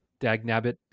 Dagnabbit